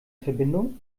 verbindung